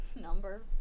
number